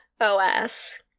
OS